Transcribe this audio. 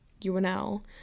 UNL